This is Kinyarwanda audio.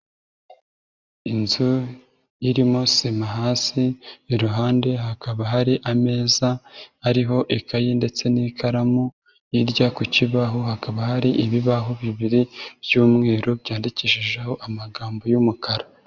Inzu irimo sima hasi, iruhande hakaba hari ameza ariho ikayi ndetse n'ikaramu, hirya ku kibaho hakaba hari ibibaho bibiri by'umweru byandikishijeho amagambo y'umukara.